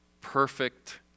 perfect